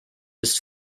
ist